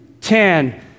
ten